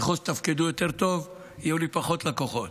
ככל שתתפקדו יותר טוב, יהיו לי פחות לקוחות.